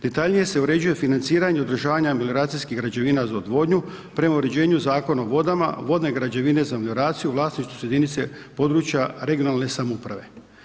Detaljnije se uređuje financiranje i održavanje aglomeracijskih građevina za odvodnju prema uređenju Zakona o vodama, vodne građevine za aglomeraciju u vlasništvu su jedinica područja regionalne samouprave.